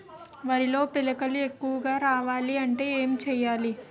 వరిలో పిలకలు ఎక్కువుగా రావాలి అంటే ఏంటి చేయాలి?